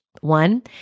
One